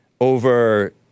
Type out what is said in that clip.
over